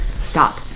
stop